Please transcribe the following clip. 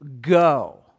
go